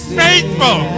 faithful